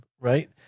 right